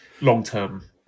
long-term